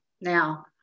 now